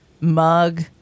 mug